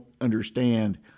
understand